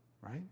right